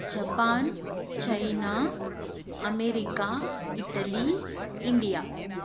Japan China America Italy India